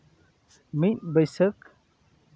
ᱢᱤᱫ ᱵᱟᱹᱭᱥᱟᱹᱠᱷ